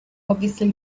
obviously